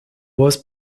was